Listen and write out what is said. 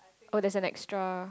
oh that's an extra